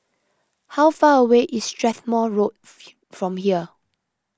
how far away is Strathmore Road from here